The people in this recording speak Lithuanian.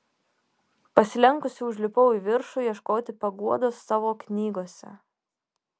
pasilenkusi užlipau į viršų ieškoti paguodos savo knygose